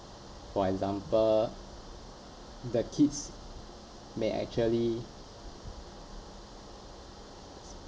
for example the kids may actually